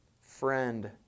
Friend